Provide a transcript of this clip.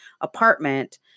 apartment